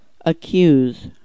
accuse